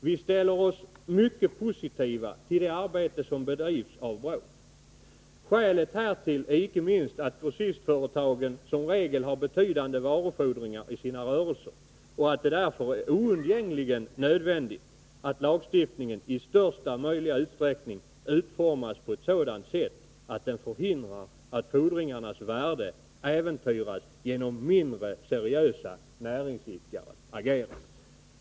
Vi ställer oss mycket positiva till det arbete som bedrivs av BRÅ. Skälet härtill är icke minst att grossistföretagen som regel har betydande varufordringar i sina rörelser och att det därför är oundgängligen nödvändigt att lagstiftningen i största möjliga utsträckning utformas på sådant sätt att den förhindrar att fordringarnas värde äventyras genom mindre seriösa näringsidkares agerande.